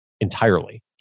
entirely